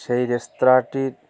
সেই রেস্তোরাঁটির